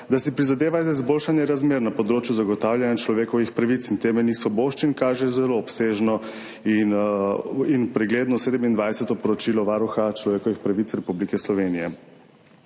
Da si prizadeva za izboljšanje razmer na področju zagotavljanja človekovih pravic in temeljnih svoboščin, kaže zelo obsežno in pregledno sedemindvajseto poročilo Varuha človekovih pravic Republike Slovenije.